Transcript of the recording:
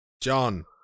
John